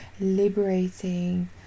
liberating